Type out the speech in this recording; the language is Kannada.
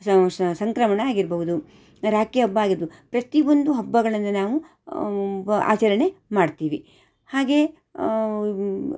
ಸಂಕ್ರಮಣ ಆಗಿರಬಹ್ದು ರಾಖಿ ಹಬ್ಬ ಆಗಿರ್ಬ್ ಪ್ರತಿಯೊಂದು ಹಬ್ಬಗಳನ್ನು ನಾವು ಬ ಆಚರಣೆ ಮಾಡ್ತೀವಿ ಹಾಗೇ